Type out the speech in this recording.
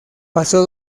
pasó